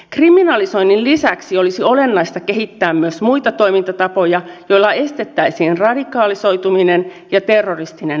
kriminalisoinnin lisäksi olisi olennaista kehittää myös muita toimintatapoja joilla estettäisiin radikalisoituminen ja terroristinen väkivalta